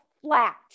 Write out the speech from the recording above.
flat